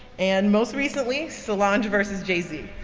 and most recently, solange versus jz.